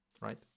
right